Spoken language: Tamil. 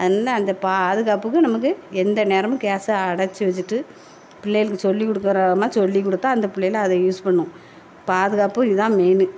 என்ன அந்த பாதுகாப்புக்கு நமக்கு எந்த நேரமும் கேஸை அடைச்சி வச்சிட்டு பிள்ளையளுக்கு சொல்லி கொடுக்கறமாரி சொல்லி கொடுத்தா அந்த பிள்ளையளும் அதை யூஸ் பண்ணும் பாதுகாப்பு இதுதான் மெயினு